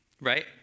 right